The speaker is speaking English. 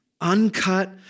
uncut